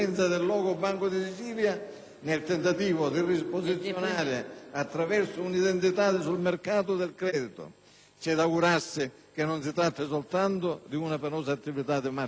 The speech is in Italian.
nel tentativo di riposizionarsi attraverso una identità sul mercato del credito. C'è da augurarsi che non si tratti soltanto di una penosa attività di *marketing*.